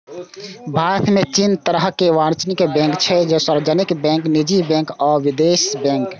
भारत मे तीन तरहक वाणिज्यिक बैंक छै, सार्वजनिक बैंक, निजी बैंक आ विदेशी बैंक